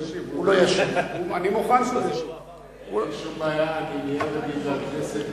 אין שום בעיה, אני, בעד ההצעה של,